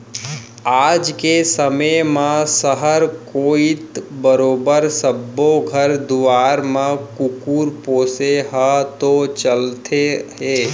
आज के समे म सहर कोइत बरोबर सब्बो घर दुवार म कुकुर पोसे ह तो चलते हे